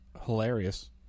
hilarious